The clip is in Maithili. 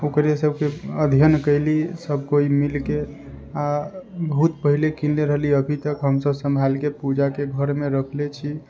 ओकरेसँ अध्ययन कयली सभ केओ मिलके आ बहुत पहिले किनले रहली अभी हम सभ सम्हालिके पूजाके घरमे रखले छी